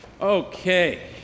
Okay